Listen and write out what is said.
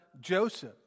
Joseph